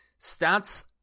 Stats